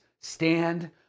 stand